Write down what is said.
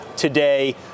today